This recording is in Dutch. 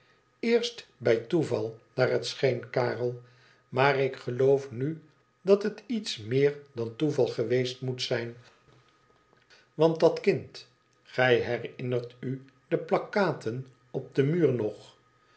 eerst bij toeval naar het scheen karel maar ik geloof nu dat het iets meer dan toeval geweest moet zijn want dat kind gij herinnert u de plakkaten op den muur nog